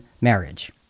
marriage